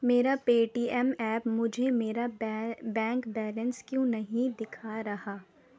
میرا Paytm app مجھے میرا بینک بیلنس کیوں نہیں دکھا رہا